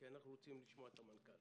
כי אנחנו רוצים לשמוע את המנכ"ל